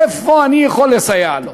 איפה אני יכול לסייע לו.